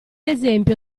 esempio